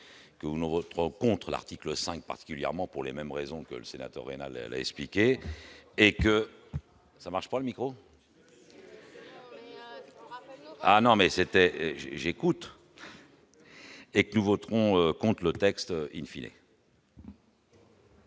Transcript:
1, nous voterons contre l'article 5, particulièrement pour les mêmes raisons que le sénateur et mal à l'expliquer et que ça marche pas le micro. Ah non, mais c'était j'écoute et que nous voterons contre le texte in fine.